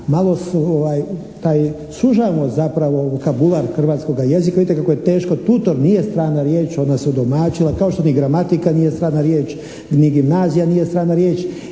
malo su, taj sužavamo taj zapravo vokabular hrvatskoga jezika. Vidite kako je teško, tutor nije strana riječ, ona se udomaćila. Kao što ni gramatika nije strana riječ. Ni gimnazija nije strana riječ.